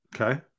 Okay